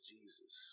Jesus